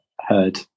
heard